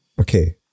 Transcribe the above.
okay